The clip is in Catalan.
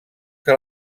que